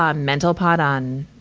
um mentalpod on,